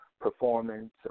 performance